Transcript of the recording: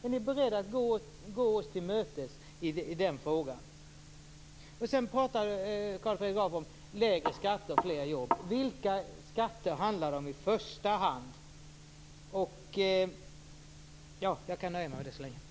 Är ni beredda att gå oss till mötes i den här frågan? Carl Fredrik Graf pratade sedan om lägre skatter och fler jobb. Vilka skatter handlar det om i första hand? Jag kan nöja mig med det här så länge.